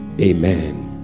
Amen